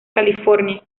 california